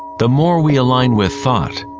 the more we align with thought,